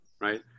right